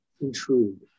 intrude